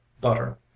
butter